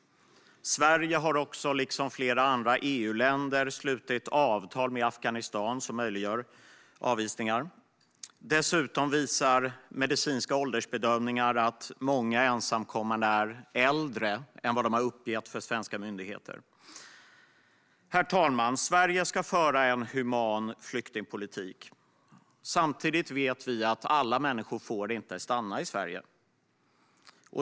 Sverige har också, liksom flera andra EU-länder, slutit avtal med Afghanistan som möjliggör avvisningar. Dessutom visar medicinska åldersbedömningar att många ensamkommande är äldre än vad de har uppgett för svenska myndigheter. Herr talman! Sverige ska föra en human flyktingpolitik. Samtidigt vet vi att alla människor inte får stanna i Sverige.